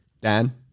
Dan